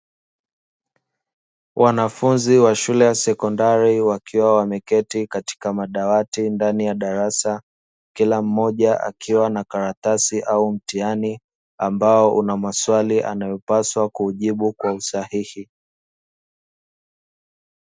Wanafunzi wa shule ya sekondari wakiwa wameketi katika madawati ndani ya darasa, kila mmoja akiwa na karatasi au mtihani ambao una maswali anayopasa kujibu kwa usahihi.